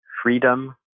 freedom